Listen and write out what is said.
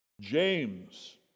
James